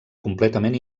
completament